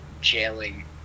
jailing